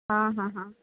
हाँ हाँ हाँ